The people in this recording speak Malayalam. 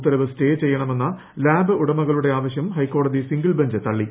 ഉത്തരവ് സ്റ്റേ ചെയ്യണമെന്നു ലാബുടമകളുടെ ആവശ്യം ഹൈക്കോടതി സിംഗിൾ ൃ ്ബഞ്ച് തള്ളി